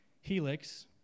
helix